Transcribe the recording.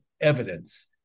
evidence